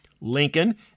Lincoln